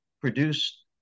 produced